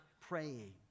praying